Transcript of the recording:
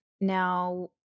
Now